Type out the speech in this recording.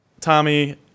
Tommy